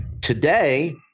today